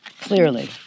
Clearly